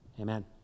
amen